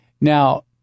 Now